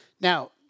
Now